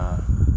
ah